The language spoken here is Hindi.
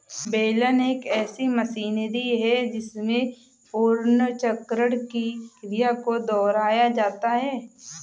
बेलन एक ऐसी मशीनरी है जिसमें पुनर्चक्रण की क्रिया को दोहराया जाता है